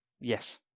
Yes